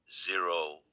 zero